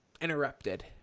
interrupted